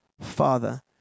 Father